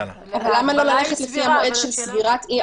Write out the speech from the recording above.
המטרה סבירה.